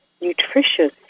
nutritious